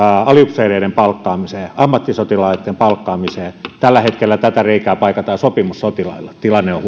aliupseereiden palkkaamiseen ammattisotilaitten palkkaamiseen tällä hetkellä tätä reikää paikataan sopimussotilailla tilanne on